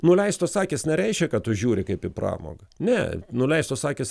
nuleistos akys nereiškia kad tu žiūri kaip į pramogą ne nuleistos akys